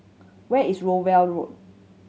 where is Rowell Road